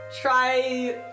try